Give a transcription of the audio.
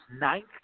ninth